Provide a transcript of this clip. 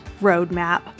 roadmap